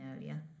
earlier